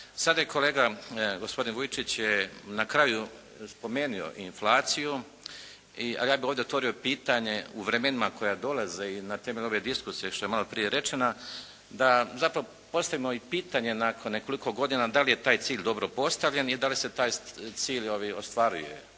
Sada je kolega, gospodin Vujčić je na kraju spomenuo inflaciju, ali ja bih ovdje otvorio pitanje u vremenima koja dolaze i na temelju ove diskusije što je malo prije rečena, da zapravo postavimo i pitanje nakon nekoliko godina da li je taj cilj dobro postavljen i da li se taj cilj ostvaruje